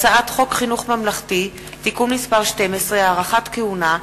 הצעת חוק חינוך ממלכתי (תיקון מס' 12) (הארכת כהונה),